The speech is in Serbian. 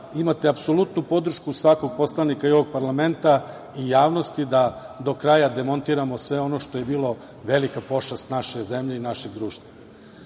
imate apsolutnu podršku svakog poslanika i ovog parlamenta i javnosti da do kraja demontiramo sve ono što je bilo velika pošast naše zemlje i našeg društva. Sada